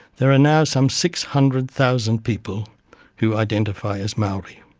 there are now some six hundred thousand people who identify as maori.